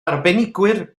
arbenigwyr